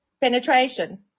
penetration